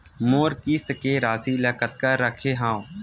मोर किस्त के राशि ल कतका रखे हाव?